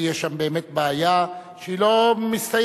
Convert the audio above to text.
כי יש שם באמת בעיה שלא מסתיימת,